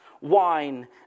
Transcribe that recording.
wine